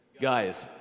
guys